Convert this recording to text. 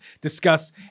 discuss